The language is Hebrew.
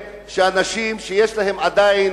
אני מקווה שאנשים שיש להם עדיין